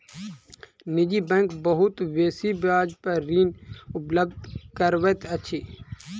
निजी बैंक बहुत बेसी ब्याज पर ऋण उपलब्ध करबैत अछि